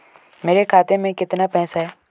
मेरे खाते में कितना पैसा है?